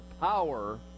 power